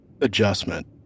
adjustment